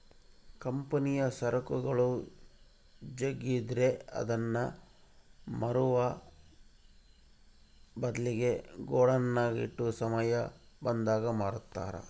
ಕಂಪನಿಯ ಸರಕುಗಳು ಜಗ್ಗಿದ್ರೆ ಅದನ್ನ ಮಾರುವ ಬದ್ಲಿಗೆ ಗೋಡೌನ್ನಗ ಇಟ್ಟು ಸಮಯ ಬಂದಾಗ ಮಾರುತ್ತಾರೆ